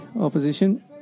opposition